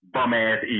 Bum-ass